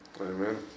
Amen